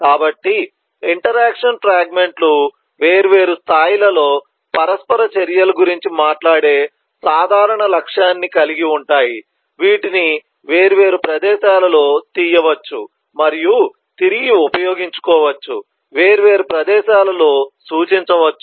కాబట్టి interaction fragment లు వేర్వేరు స్థాయిలలో పరస్పర చర్యల గురించి మాట్లాడే సాధారణ లక్ష్యాన్ని కలిగి ఉంటాయి వీటిని వేర్వేరు ప్రదేశాలలో తీయవచ్చు మరియు తిరిగి ఉపయోగించుకోవచ్చు వేర్వేరు ప్రదేశాలలో సూచించవచ్చు